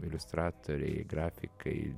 iliustratoriai grafikai